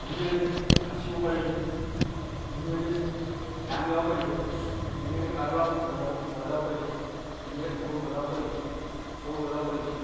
ধুনীয়াকে নাচিব পাৰিছে ধুনীয়াকে গান গাব পাৰিছে ধুনীয়াকে তাবলা বজাব বজাব পাৰিছে ধুনীয়াকে ঢোল বজাব পাৰিছে খোল বজাব পাৰিছে